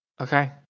okay